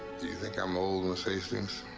do you think i'm old, miss hastings?